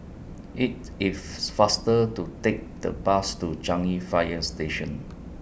IT IS faster to Take The Bus to Changi Fire Station